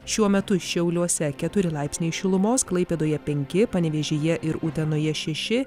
šiuo metu šiauliuose keturi laipsniai šilumos klaipėdoje penki panevėžyje ir utenoje šeši